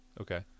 Okay